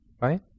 Right